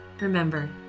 Remember